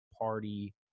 party